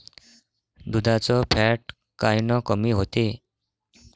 दुधाचं फॅट कायनं कमी होते?